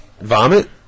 Vomit